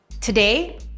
Today